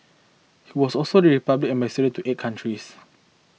he was also the Republic ambassador to eight countries